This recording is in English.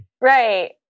right